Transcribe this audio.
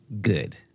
good